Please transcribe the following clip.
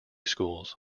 schools